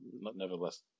nevertheless